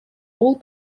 all